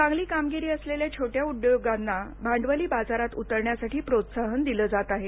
चांगली कामगिरी असलेल्या छोट्या उद्योगांना भांडवली बाजारात उतरण्यासाठी प्रोत्साहन दिलं जात आहे